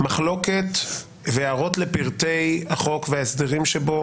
שמחלוקת והערות לפרטי החוק וההסדרים שבו